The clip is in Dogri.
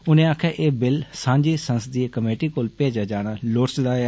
उनें आक्खेआ एह् बिल सांझी संसदीय कमेटी कोल भेजेआ जाना लोड़चदा ऐ